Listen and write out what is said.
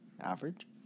Average